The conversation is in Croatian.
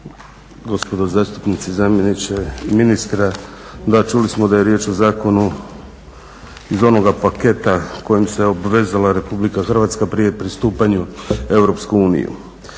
gospodo zastupnici, zamjeniče ministra. Da, čuli smo da je riječ o zakonu iz onoga paketa kojim se obvezala RH pri pristupanju EU.